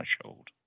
threshold